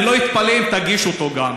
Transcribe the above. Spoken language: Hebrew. אני לא אתפלא אם תגיש אותו גם,